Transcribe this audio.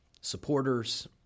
supporters